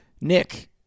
Nick